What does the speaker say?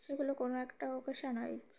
সেগুলো কোনো একটা অকেশনে হয়